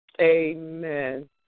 Amen